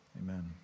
amen